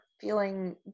feeling